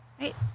Right